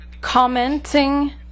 commenting